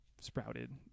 sprouted